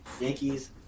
Yankees